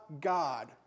God